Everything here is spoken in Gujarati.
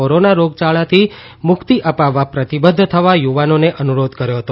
કોરોના રોગયાળાથી મુક્તિ અપાવવા પ્રતિબદ્ધ થવા યુવાનોને અનુરોધ કર્યો હતો